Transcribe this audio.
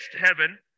heaven